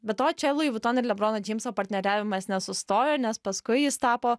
be to čia louis vuitton ir lebrono džeimso partneriavimas nesustojo nes paskui jis tapo